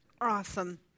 Awesome